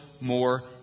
more